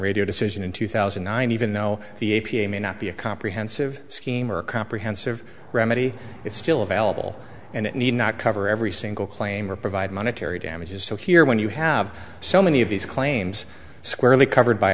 radio decision in two thousand and nine even though the a p a may not be a comprehensive scheme or comprehensive remedy it's still available and it need not cover every single claim or provide monetary damages so here when you have so many of these claims squarely covered by